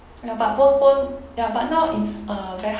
ya but postpone ya but now it's uh very